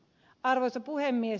arvoisa puhemies